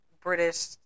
British